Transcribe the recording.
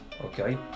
okay